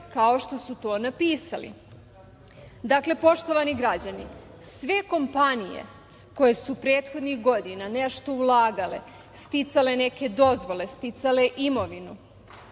kao što su to napisali. Dakle, poštovani građani, sve kompanije koje su prethodnih godina nešto ulagale, sticale neke dozvole, sticale imovinu,